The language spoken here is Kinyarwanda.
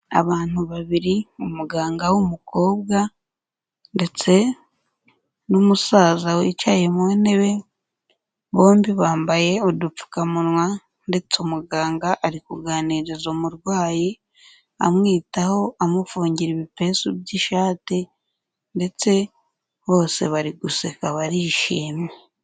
Abantu babiri umuganga w'umukobwa ndetse n'umusaza wicaye mu ntebe, bombi bambaye udupfukamunwa ndetse umuganga ari kuganiriza umurwayi, amwitaho amufungira ibipesu by'ishati ndetse bose bari guseka barishimye.